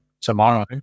tomorrow